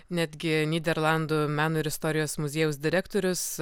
netgi nyderlandų meno ir istorijos muziejaus direktorius